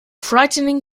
frightening